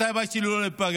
מתי הבית שלי לא ייפגע,